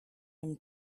him